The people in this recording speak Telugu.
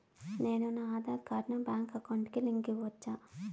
నేను నా ఆధార్ కార్డును బ్యాంకు అకౌంట్ కి లింకు ఇవ్వొచ్చా?